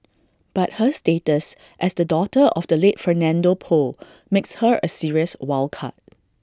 but her status as the daughter of the late Fernando Poe makes her A serious wild card